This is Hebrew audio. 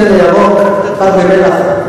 טנא ירוק, פת במלח.